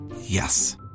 Yes